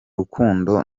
rukundo